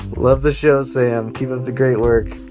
love the show, sam. keep up the great work